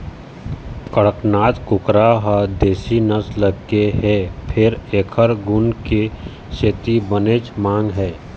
कड़कनाथ कुकरा ह देशी नसल के हे फेर एखर गुन के सेती बनेच मांग हे